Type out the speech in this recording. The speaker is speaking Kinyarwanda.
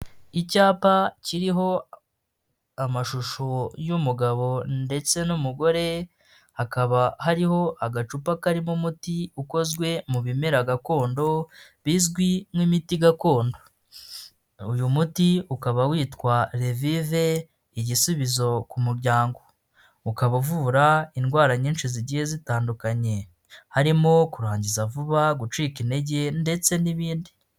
Icyapa kiriho amashusho y'umugabo ndetse n'umugore hakaba hariho agacupa karimo umuti ukozwe mu bimera gakondo bizwi nk'imiti gakondo, uyu muti ukaba witwa revive igisubizo ku muryango, ukaba uvura indwara nyinshi zigiye zitandukanye harimo kurangiza, vuba gucika intege ndetse n'ibindi.